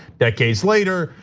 decades later,